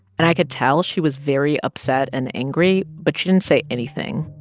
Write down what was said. and i could tell she was very upset and angry. but she didn't say anything,